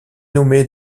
nommée